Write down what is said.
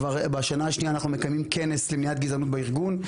כבר השנה השנייה שאנחנו מקיימים כנס למניעת גזענות בארגון.